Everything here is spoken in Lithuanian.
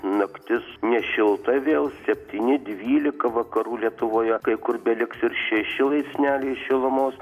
naktis nešilta vėl septyni dvylika vakarų lietuvoje kai kur beliks ir šeši laipsneliai šilumos